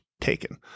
taken